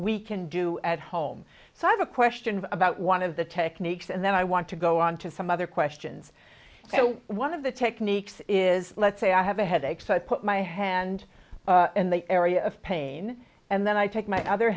we can do at home so i have a question about one of the techniques and then i want to go on to some other questions so one of the techniques is let's say i have a headache so i put my hand in the area of pain and then i take my other